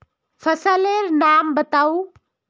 फसल लेर नाम बाताउ?